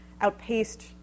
outpaced